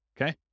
Okay